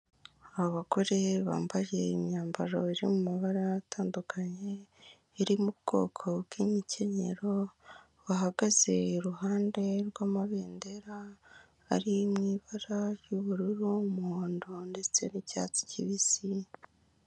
Abagore bambaye imyambaro iri mu mabara atandukanye iri mu bwoko bw'inkenyero, bahagaze iruhande rw'amabendera ari mu ibara ry'ubururu n'umuhondo ndetse n'icyatsi kibisi.